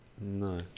No